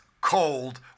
cold